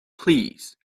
please